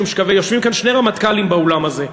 יושבים כאן שני רמטכ"לים באולם הזה: